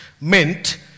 meant